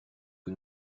que